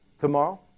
tomorrow